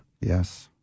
Yes